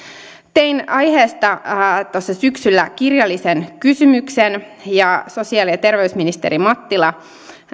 tein aiheesta syksyllä kirjallisen kysymyksen ja sosiaali ja terveysministeri mattila